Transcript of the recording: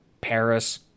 paris